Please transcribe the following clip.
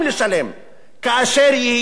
כאשר אכן יהיה